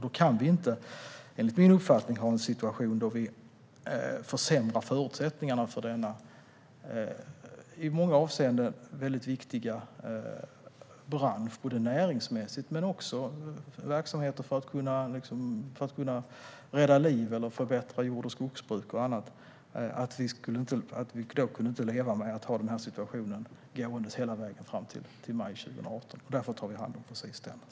Då kan vi inte, enligt min uppfattning, ha en situation där vi försämrar förutsättningarna för denna i många avseenden väldigt viktiga bransch - näringsmässigt och för att kunna rädda liv eller förbättra jord och skogsbruk och annat. Vi kan inte leva med att ha denna situation ända fram till maj 2018, och därför tar vi hand om den.